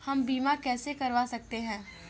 हम बीमा कैसे करवा सकते हैं?